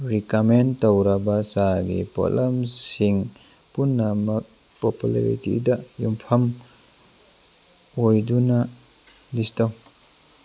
recommend ꯇꯧꯔꯕ ꯆꯥꯒꯤ ꯄꯣꯠꯂꯝꯁꯤꯡ ꯄꯨꯝꯅꯃꯛ ꯄꯣꯄꯨꯂꯔꯤꯇꯤꯗ ꯌꯨꯝꯐꯝ ꯑꯣꯏꯗꯨꯅ ꯂꯤꯁ ꯇꯧ